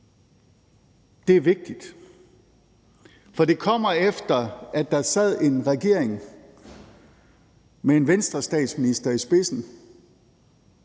Det er vigtigt, for det kommer, efter at der sad en regering med en Venstrestatsminister i spidsen,